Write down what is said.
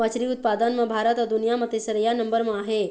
मछरी उत्पादन म भारत ह दुनिया म तीसरइया नंबर म आहे